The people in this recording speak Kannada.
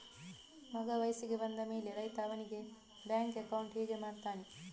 ಮಗ ವಯಸ್ಸಿಗೆ ಬಂದ ಮೇಲೆ ರೈತ ಅವನಿಗೆ ಬ್ಯಾಂಕ್ ಅಕೌಂಟ್ ಹೇಗೆ ಮಾಡ್ತಾನೆ?